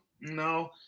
no